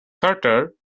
carter